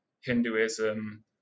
Hinduism